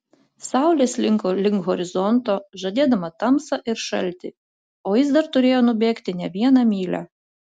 saulė slinko link horizonto žadėdama tamsą ir šaltį o jis dar turėjo nubėgti ne vieną mylią